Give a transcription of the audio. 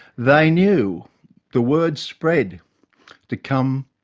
they knew the word spread to come